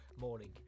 morning